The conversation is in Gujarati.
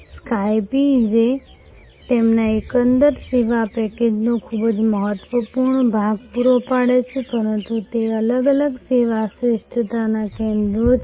Skype જે તેમના એકંદર સેવા પેકેજનો ખૂબ જ મહત્વપૂર્ણ ભાગ પૂરો પાડે છે પરંતુ તે અલગ અલગ સેવા શ્રેષ્ઠતા કેન્દ્રો છે